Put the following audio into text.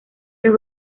los